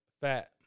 Fat